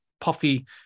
puffy